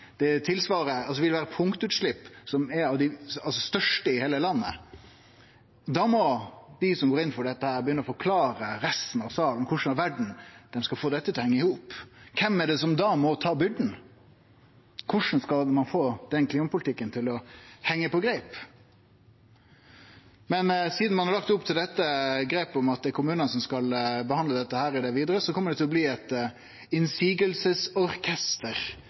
vil vere punktutslepp som er av dei største i heile landet. Da må dei som går inn for dette, begynne å forklare resten av salen korleis i all verda dei skal få dette til å hengje i hop. Kven er det som da må ta byrda? Korleis skal ein få den klimapolitikken til å hengje på greip? Men sidan ein har lagt opp til dette grepet med at det er kommunane som skal behandle dette i det vidare, kjem det til å bli eit